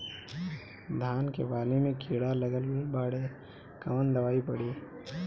धान के बाली में कीड़ा लगल बाड़े कवन दवाई पड़ी?